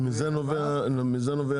ומזה נובע ההבדל?